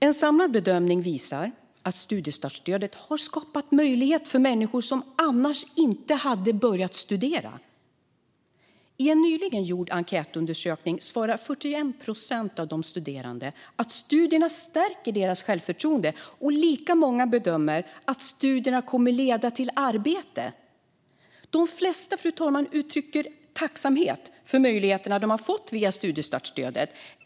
En samlad bedömning visar att studiestartsstödet har skapat möjligheter för människor som annars inte hade börjat studera. I en nyligen gjord enkätundersökning svarar 41 procent av de studerande att studierna stärker deras självförtroende, och lika många bedömer att studierna kommer att leda till arbete. De flesta uttrycker tacksamhet för möjligheterna de har fått via studiestartsstödet.